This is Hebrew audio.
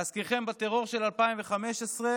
להזכירכם, בטרור של 2015,